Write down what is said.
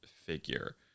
figure